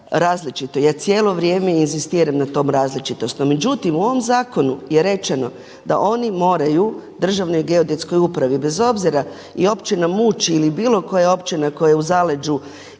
različito, ja cijelo vrijeme inzistiram na tom različitost. No međutim, u ovom zakonu je rečeno da oni moraju Državnoj geodetskoj upravi bez obzira i općina Muč ili bilo koja općina koja je u zaleđu